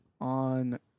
On